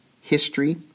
history